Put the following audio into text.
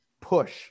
push